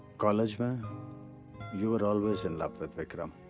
college, but you were always in love with vikram.